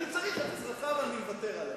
אני צריך את עזרתך, אבל אני מוותר עליה.